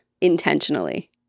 intentionally